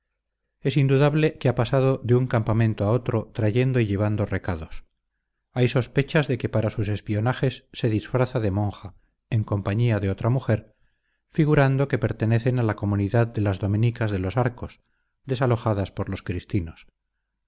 es indudable que ha pasado de un campamento a otro trayendo y llevando recados hay sospechas de que para sus espionajes se disfraza de monja en compañía de otra mujer figurando que pertenecen a la comunidad de dominicas de los arcos desalojadas por los cristinos